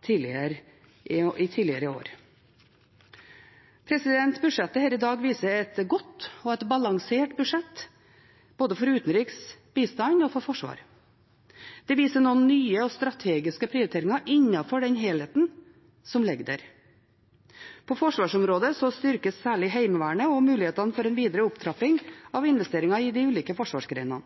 tidligere i år. Budsjettet her i dag er et godt og et balansert budsjett på både utenriksområdet, bistandsområdet og forsvarsområdet. Det viser noen nye og strategiske prioriteringer innenfor den helheten som ligger der. På forsvarsområdet styrkes særlig Heimevernet og mulighetene for en videre opptrapping av investeringer i de ulike forsvarsgrenene